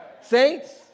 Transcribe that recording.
Saints